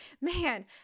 man